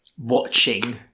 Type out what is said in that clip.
watching